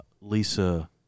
Lisa